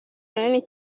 runini